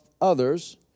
others